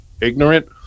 ignorant